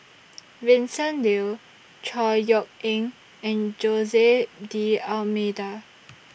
Vincent Leow Chor Yeok Eng and Jose D'almeida